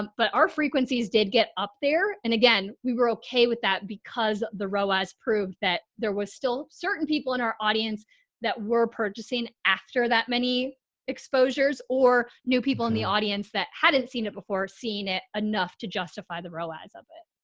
but our frequencies did get up there. and again, we were okay with that because the roaz proved that there was still certain people in our audience that we're purchasing after that many exposures or new people in the audience that hadn't seen it before, seen it enough to justify the realize of it.